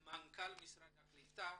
אפנה למנכ"ל משרד הקליטה